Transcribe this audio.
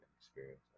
experience